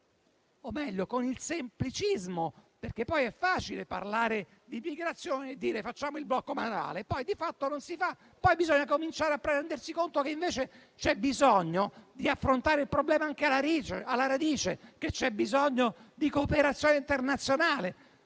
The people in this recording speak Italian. o meglio con il semplicismo, perché poi è facile parlare di immigrazione e dire «facciamo il blocco navale», che poi di fatto non si fa. Poi bisogna cominciare a rendersi conto che invece c'è bisogno di affrontare il problema anche alla radice e che c'è bisogno di cooperazione internazionale.